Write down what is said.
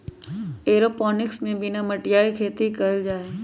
aeroponics में बिना मटिया के खेती कइल जाहई